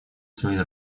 свои